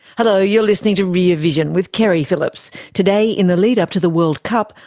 hello, you're listening to rear vision with keri phillips. today, in the lead-up to the world cup,